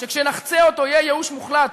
שכשנחצה אותו יהיה ייאוש מוחלט,